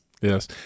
Yes